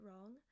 wrong